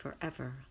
forever